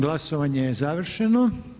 Glasovanje je završeno.